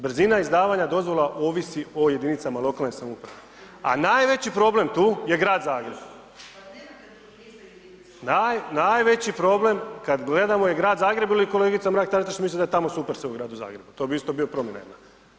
Brzina izdavanja dozvola ovisi o jedinicama lokalne samouprave, a najveći problem tu je Grad Zagreb ... [[Upadica se ne čuje.]] najveći problem kad gledamo je Grad Zagreb ili kolegica Mrak-Taritaš misli da je tamo super sve u Gradu Zagrebu, to bi isto bio problem.